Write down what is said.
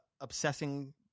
obsessing